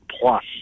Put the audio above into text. plus